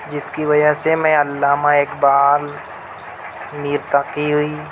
جس کی وجہ سے میں علامہ اقبال میر تقی